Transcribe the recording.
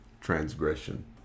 transgression